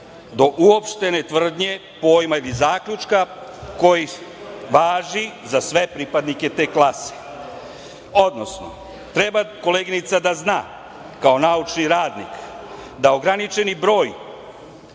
do uopštene tvrdnje, pojma ili zaključka koji važi za sve pripadnike te klase, odnosno, treba koleginica da zna kao naučni radnik da ograničeni broj